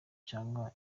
cyangwa